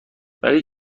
ولی